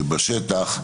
בשטח.